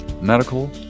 medical